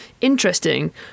interesting